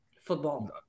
football